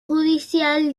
judicial